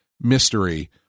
mystery